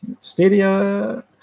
Stadia